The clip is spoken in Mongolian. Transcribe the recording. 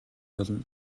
болно